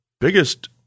biggest